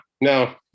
no